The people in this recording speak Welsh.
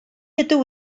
ydw